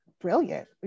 brilliant